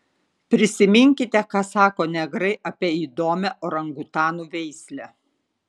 prisiminkite ką sako negrai apie įdomią orangutanų veislę